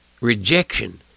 rejection